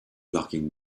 locking